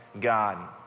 God